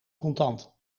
contant